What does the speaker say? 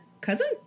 cousin